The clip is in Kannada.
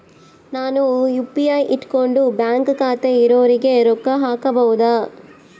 ನಾನು ಯು.ಪಿ.ಐ ಇಟ್ಕೊಂಡು ಬ್ಯಾಂಕ್ ಖಾತೆ ಇರೊರಿಗೆ ರೊಕ್ಕ ಹಾಕಬಹುದಾ?